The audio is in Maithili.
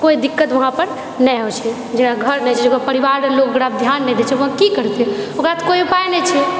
कोइ दिक्कत वहाँ पर नहि होइत छै जेकरा घर नहि छै जेकरा परिवार नहि रहल ओकर ध्यान दै छै ओ कि करतै ओकरा तऽ कोइ उपाय नहि छै